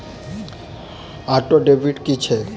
Auto debit की छैक?